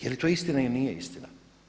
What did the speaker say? Je li to istina ili nije istina?